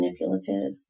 manipulative